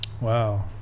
Wow